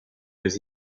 deux